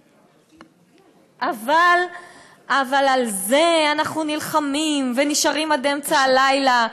אבל על זה אנחנו נלחמים ונשארים עד אמצע הלילה,